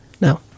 no